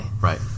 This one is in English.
right